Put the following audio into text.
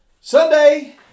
Sunday